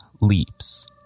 Leaps